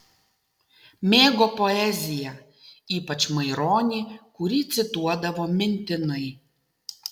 mėgo poeziją ypač maironį kurį cituodavo mintinai